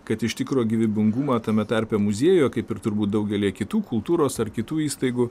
kad iš tikro gyvybingumą tame tarpe muziejuje kaip ir turbūt daugelyje kitų kultūros ar kitų įstaigų